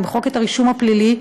למחוק את הרישום הפלילי,